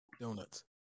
donuts